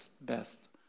Best